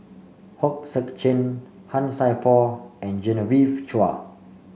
Hong Sek Chern Han Sai Por and Genevieve Chua